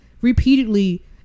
repeatedly